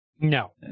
No